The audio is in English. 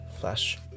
flash